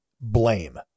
blame